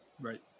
Right